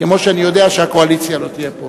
כמו שאני יודע שהקואליציה לא תהיה פה.